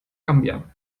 gambia